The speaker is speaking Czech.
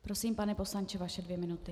Prosím, pane poslanče, vaše dvě minuty.